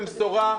במשורה,